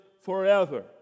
forever